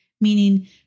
meaning